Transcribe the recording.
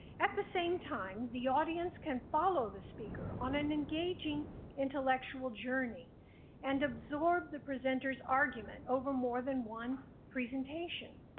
at the same time, the audience can follow the speaker on an engaging intellectual journey and absorb the presenters argument over more than one presentation.